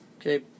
Okay